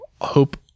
hope